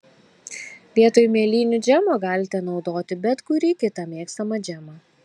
vietoj mėlynių džemo galite naudoti bet kurį kitą mėgstamą džemą